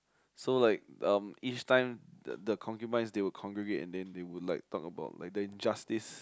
so like um each time the the concubines they will congregate and then they would like talk about like injustice